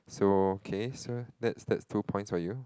so okay so that's that's two points for you